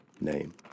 name